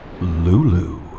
Lulu